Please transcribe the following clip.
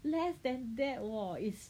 less than that orh is